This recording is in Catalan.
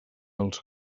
els